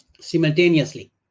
simultaneously